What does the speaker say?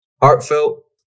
heartfelt